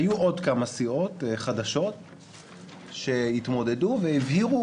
היו עוד כמה סיעות חדשות שהתמודדו והבהירו